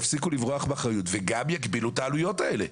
יפסיקו לברוח מאחריות וגם יגבילו את העלויות האלה.